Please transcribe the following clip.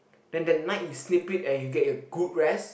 then the night you snip it and you get your good rest